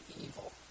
evil